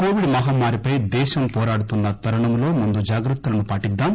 Covid మహమ్నారిపై దేశం పోరాడుతున్న తరుణంలో ముందు జాగ్రత్తలను పాటిద్దాం